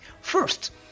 first